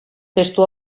testu